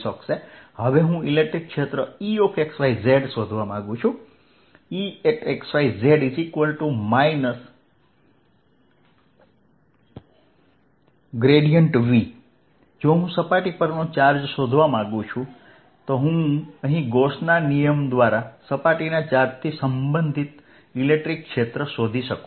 હવે હું ઇલેક્ટ્રિક ક્ષેત્ર E x yz શોધવા માંગું છું E x yz V જો હું સપાટી પરનો ચાર્જ શોધવા માગું છું તો હું અહીં ગૌસના નિયમ દ્વારા સપાટીના ચાર્જથી સંબંધિત ઇલેક્ટ્રિક ક્ષેત્ર શોધી શકું છું